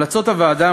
המלצות הוועדה,